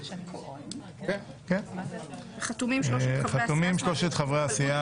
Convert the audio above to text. חתומים שלושת חברי הסיעה.